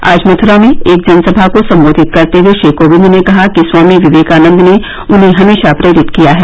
आज मथुरा में एक जनसभा को संबोधित करते हुए श्री कोविंद ने कहा कि स्वामी विवेकानंद ने उन्हें हमेशा प्रेरित किया है